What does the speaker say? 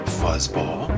fuzzball